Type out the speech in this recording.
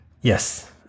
Yes